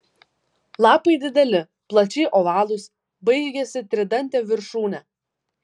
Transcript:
lapai dideli plačiai ovalūs baigiasi tridante viršūne